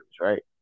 right